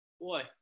Boy